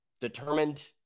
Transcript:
determined